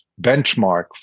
benchmark